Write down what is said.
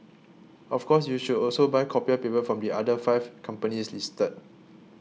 of course you should also buy copier paper from the other five companies listed